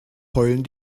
heulen